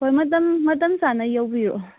ꯍꯣꯏ ꯃꯇꯝ ꯃꯇꯝ ꯆꯥꯅ ꯌꯧꯕꯤꯔꯛꯑꯣ